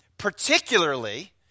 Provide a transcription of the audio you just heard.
Particularly